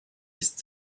ist